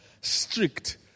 strict